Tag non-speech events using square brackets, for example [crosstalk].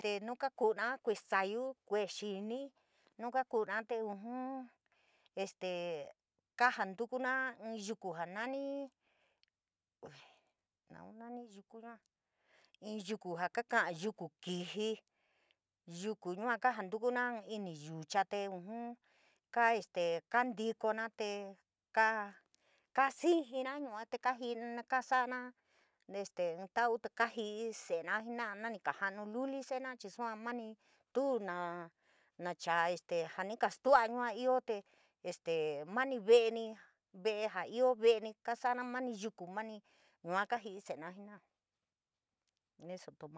Te nu kakúura kue’e saayu, kue’e xini, nuu kakura te ujun este kajantukuna inn yuku jaa nani [hesitation] ¿naun nani yuku yua? Inn yuku jaa kaka yuku kijii, yuku yua kaajatukuna ini yucha tee ujun kaii kantikona este ka kaa xiijiina yua te [unintelligible] kaa sa’aba este ínn tau kajii [unintelligible] se’ena chii sua mani tuu na na chaa este jaa ni kastua’a yua ioo te este mani ve’e ni ve’e jaa ioo ve’e, ni kasana moni yuku mani yua kajii jena’a.